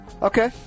Okay